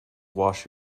wash